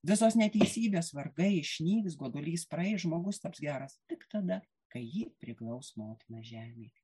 visos neteisybės vargai išnyks godulys praeis žmogus taps geras tik tada kai jį priglaus motina žemė